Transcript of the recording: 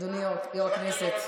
אדוני יושב-ראש הכנסת,